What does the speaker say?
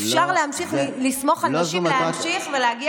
אפשר להמשיך לסמוך על נשים, לא זו מטרת החוק.